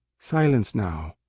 silence now.